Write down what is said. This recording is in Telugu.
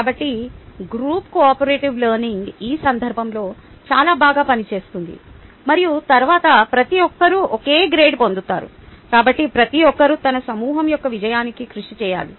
కాబట్టి గ్రూప్ కోఆపరేటివ్ గ్రూప్ లెర్నింగ్ ఈ సందర్భంలో చాలా బాగా పనిచేస్తుంది మరియు తరువాత ప్రతి ఒక్కరూ ఒకే గ్రేడ్ పొందుతారు కాబట్టి ప్రతి ఒక్కరూ తమ సమూహం యొక్క విజయానికి కృషి చేయాలి